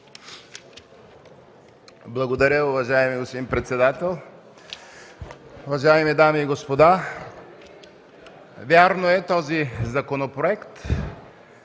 Благодаря Ви, уважаеми господин председател. Уважаеми дами и господа, вярно е, този законопроект